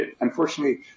unfortunately